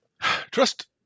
Trust